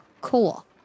cool